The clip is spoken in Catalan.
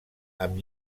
amb